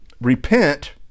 Repent